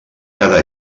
quedar